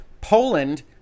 Poland